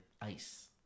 ice